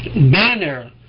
banner